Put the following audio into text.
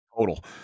total